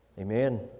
Amen